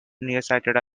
nearsighted